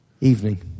evening